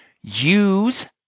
Use